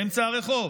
באמצע הרחוב,